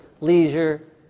leisure